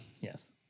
Yes